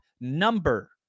number